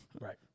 Right